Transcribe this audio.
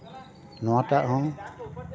ᱱᱚᱣᱟ ᱴᱟᱜ ᱦᱚᱸ